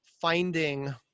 finding